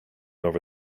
over